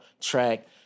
track